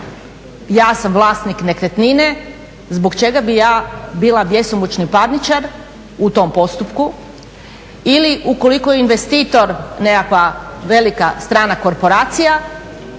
ja sam vlasnik nekretnine zbog čega bi ja bila bjesomučni parničar u tom postupku ili je ukoliko investitor nekakva velika strana korporacija